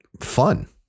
fun